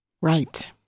Right